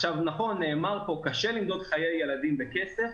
נכון, נאמר פה שקשה למדוד חיי ילדים בכסף,